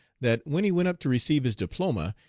that when he went up to receive his diploma,